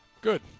Good